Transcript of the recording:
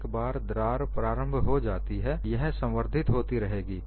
एक बार जब दरार प्रारंभ हो जाती है यह संवर्धित होती रहेगी